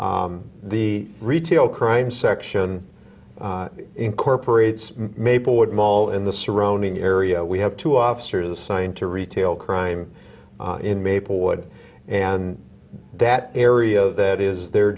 the retail crime section incorporates maplewood mall in the surrounding area we have two officers assigned to retail crime in maplewood and that area that is their